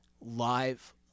live